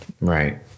Right